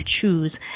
choose